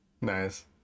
Nice